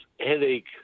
headache